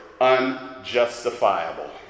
unjustifiable